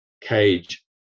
cage